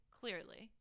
clearly